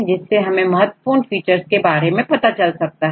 जिससे हमें महत्वपूर्ण फीचर्स के बारे में पता चल जाता है